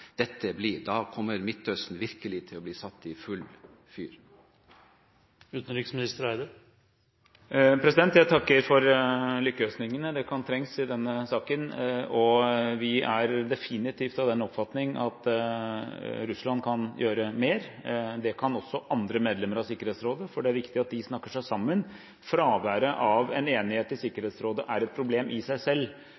dette blir. Da kommer Midtøsten virkelig til å bli satt i full fyr. Jeg takker for lykkønskningene. Det kan trengs i denne saken. Vi er definitivt av den oppfatning at Russland kan gjøre mer. Det kan også andre medlemmer av Sikkerhetsrådet, for det er viktig at de snakker seg sammen. Fraværet av en enighet i